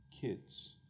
kids